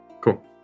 Cool